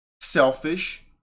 selfish